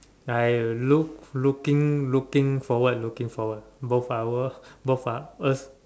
I look looking looking forward looking forward both hour both are us